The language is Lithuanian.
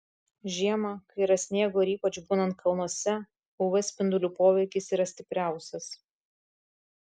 žiemą kai yra sniego ir ypač būnant kalnuose uv spindulių poveikis yra stipriausias